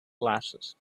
glasses